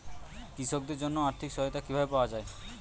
কৃষকদের জন্য আর্থিক সহায়তা কিভাবে পাওয়া য়ায়?